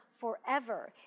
forever